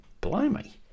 blimey